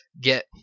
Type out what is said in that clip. get